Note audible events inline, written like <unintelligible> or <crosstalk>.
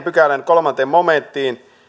<unintelligible> pykälän kolmanteen momenttiin